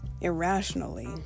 irrationally